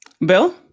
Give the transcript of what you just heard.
bill